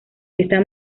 esta